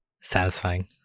satisfying